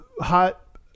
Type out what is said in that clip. hot